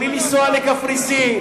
בלי לנסוע לקפריסין.